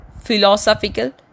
philosophical